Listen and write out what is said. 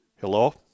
Hello